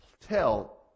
tell